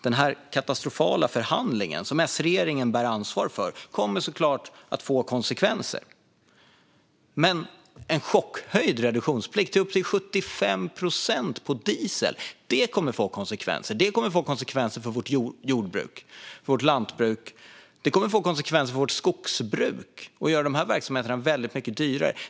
Den katastrofala förhandling som S-regeringen bär ansvar för kommer såklart att få konsekvenser, men även en chockhöjd reduktionsplikt - upp till 75 procent på diesel - kommer att få konsekvenser. Det kommer att få konsekvenser för vårt jordbruk och vårt lantbruk. Det kommer att få konsekvenser för vårt skogsbruk. Det kommer att göra dessa verksamheter väldigt mycket dyrare.